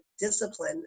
discipline